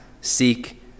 seek